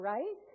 Right